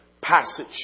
passage